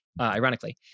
ironically